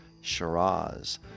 Shiraz